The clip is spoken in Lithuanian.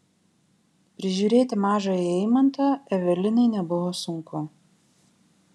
prižiūrėti mažąjį eimantą evelinai nebuvo sunku